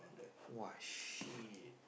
!wah! shit